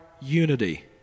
unity